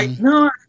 no